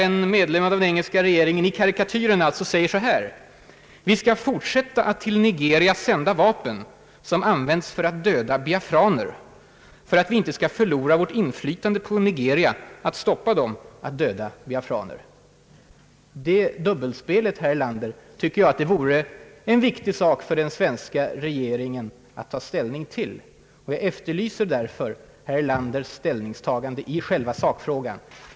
En medlem av den engelska regeringen säger i den teckningen så här: »Vi skall fortsätta att till Nigeria sända vapen att användas för att döda biafraner, för att vi inte skall förlora vårt inflytande på Nigeria, så att man slutar med att döda biafraner.» Det dubbelspelet tycker jag att det vore en viktig sak för svenska regeringen att ta ställning till. Jag efterlyser därför herr Erlanders ställningstagande i själva sakfrågan.